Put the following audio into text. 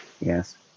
Yes